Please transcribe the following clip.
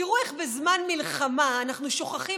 תראו איך בזמן מלחמה אנחנו שוכחים